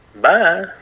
Bye